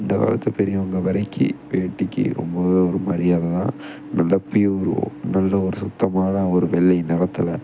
இந்த காலத்து பெரியவங்க வரைக்கும் வேடிக்கு ரொம்பவே ஒரு மரியாதை தான் நல்ல ப்யூர் நல்ல ஒரு சுத்தமான ஒரு வெள்ளை நிறத்துல